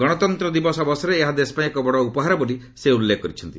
ଗଣତନ୍ତ୍ର ଦିବସ ଅବସରରେ ଏହା ଦେଶ ପାଇଁ ଏକ ବଡ ଉପହାର ବୋଲି ସେ ଉଲ୍ଲେଖ କରିଛନ୍ତି